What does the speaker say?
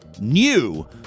new